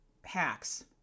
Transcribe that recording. hacks